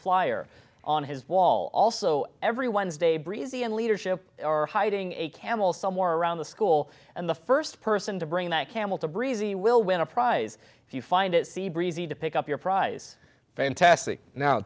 flyer on his wall also everyone's day breezy and leadership are hiding a camel somewhere around the school and the first person to bring that camel to breezy will win a prize if you find it c breezy to pick up your prize fantastic no